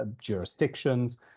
jurisdictions